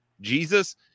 Jesus